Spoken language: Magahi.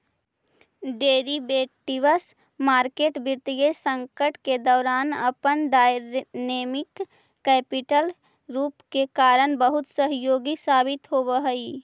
डेरिवेटिव्स मार्केट वित्तीय संकट के दौरान अपन डायनेमिक कैपिटल रूप के कारण बहुत सहयोगी साबित होवऽ हइ